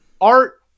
art